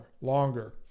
longer